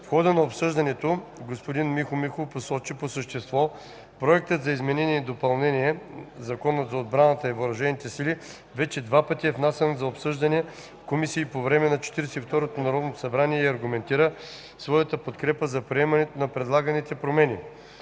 В хода на обсъждането господин Михо Михов посочи, че по същество проектът за изменение и допълнение на Закона за отбраната и въоръжените сили вече два пъти е внасян за обсъждане в комисии по време на 42-то Народно събрание и аргументира своята подкрепа за приемането на предлаганите промени.